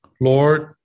Lord